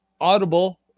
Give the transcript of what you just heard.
Audible